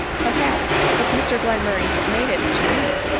perhaps, if mr glenmur ray had made it to me,